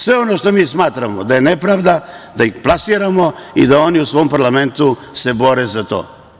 Sve ono što mi smatramo da je nepravda, da ih plasiramo i da oni u svom parlamentu se bore za to.